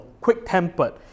quick-tempered